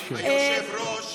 היושב-ראש,